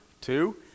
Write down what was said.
Two